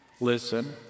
listen